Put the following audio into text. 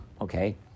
okay